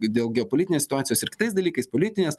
dėl geopolitinės situacijos ir kitais dalykais politinės